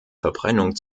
verbrennung